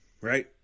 Right